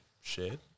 shared